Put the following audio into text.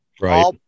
right